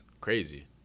crazy